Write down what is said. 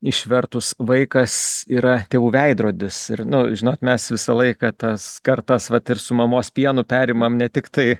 išvertus vaikas yra tėvų veidrodis ir nu žinot mes visą laiką tas kartas vat ir su mamos pienu perimam ne tiktai